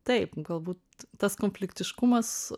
taip galbūt tas konfliktiškumas